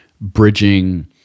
bridging